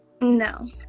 No